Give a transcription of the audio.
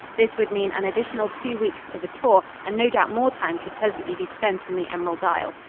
this would mean an additional two weeks to the tour, and no doubt more time could pleasantly be spent in the emerald isle.